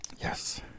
Yes